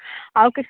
हांव